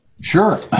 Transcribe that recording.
Sure